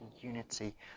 unity